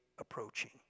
approaching